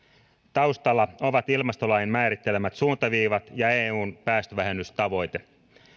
taustalla ovat ilmastolain määrittelemät suuntaviivat ja eun päästövähennystavoite